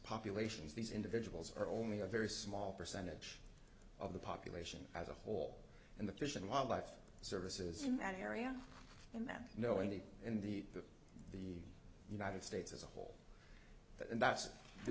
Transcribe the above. populations these individuals are only a very small percentage of the population as a whole and the fish and wildlife services in that area and them knowing that in the the the united states as a whole